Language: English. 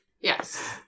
Yes